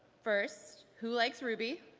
first, who likes ruby?